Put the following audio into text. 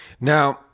Now